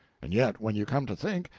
and yet when you come to think,